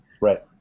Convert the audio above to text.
Right